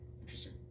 Interesting